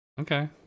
Okay